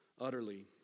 utterly